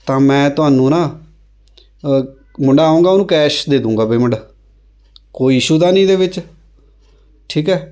ਤਾਂ ਮੈਂ ਤੁਹਾਨੂੰ ਨਾ ਮੁੰਡਾ ਆਊਂਗਾ ਉਹਨੂੰ ਕੈਸ਼ ਦੇ ਦੂਗਾ ਪੇਮੈਂਟ ਕੋਈ ਇਸ਼ੂ ਤਾਂ ਨਹੀਂ ਇਹਦੇ ਵਿੱਚ ਠੀਕ ਹੈ